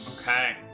okay